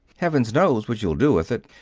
heaven knows what you'll do with it!